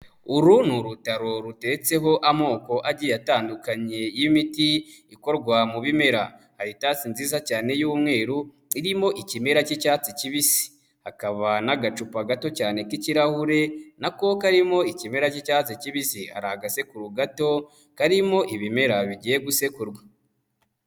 Uru ni urutaro ruteretseho amoko agiye atandukanye y'imiti ikorwa mu bimera, hari itasi nziza cyane y'umweru irimo ikimera cy'icyatsi kibisi, hakaba n'agacupa gato cyane k'ikirahure nako karimo ikimera cy'icyatsi kibisi, hari agasekuru gato karimo ibimera bigiye gusekurwa.